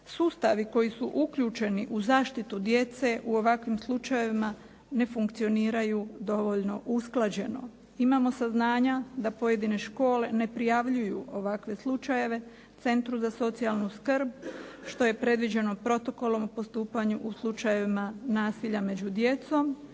sustavi koji su uključeni u zaštitu djece u ovakvim slučajevima ne funkcioniraju dovoljno usklađeno. Imamo saznanja da pojedine škole ne prijavljuju ovakve slučajeve centru za socijalnu skrb što je predviđeno protokolom o postupanju u slučajevima nasilja među djecom,